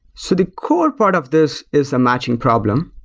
so the core part of this is a matching problem.